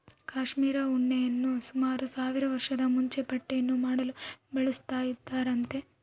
cashmere ಉಣ್ಣೆಯನ್ನು ಸುಮಾರು ಸಾವಿರ ವರ್ಷದ ಮುಂಚೆ ಬಟ್ಟೆಯನ್ನು ಮಾಡಲು ಬಳಸುತ್ತಿದ್ದರಂತೆ